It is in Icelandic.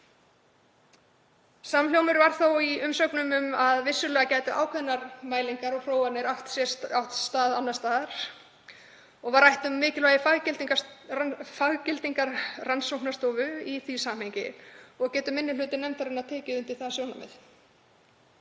Samhljómur var þó í umsögnum um að vissulega gætu ákveðnar mælingar og prófanir átt sér stað annars staðar og var rætt um mikilvægi faggildingar rannsóknastofu í því samhengi og getur 1. minni hluti nefndarinnar tekið undir það sjónarmið.